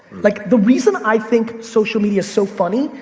like the reason i think social media's so funny,